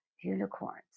unicorns